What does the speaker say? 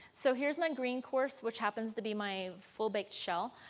so here's my green course, which happens to be my full big shell